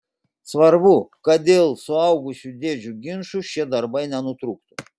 svarbu kad dėl suaugusių dėdžių ginčų šie darbai nenutrūktų